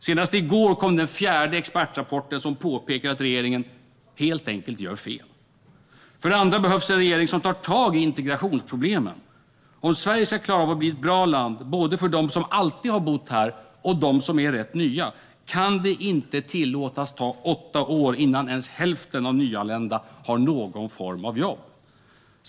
Senast i går kom den fjärde expertrapporten som påpekar att regeringen helt enkelt gör fel. För det andra behövs en regering som tar tag i integrationsproblemen. Om Sverige ska klara av att bli ett bra land, både för dem som alltid har bott här och för dem som är rätt nya, kan det inte tillåtas ta åtta år innan ens hälften av de nyanlända har någon form av jobb.